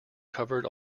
covered